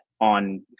on